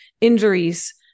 injuries